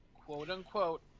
quote-unquote